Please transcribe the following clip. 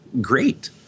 great